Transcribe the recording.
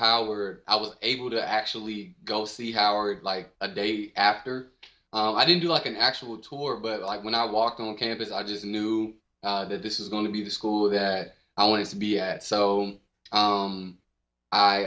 how were i was able to actually go see howard like a day after i did like an actual tour but like when i walked on campus i just knew that this is going to be the school that i wanted to be at so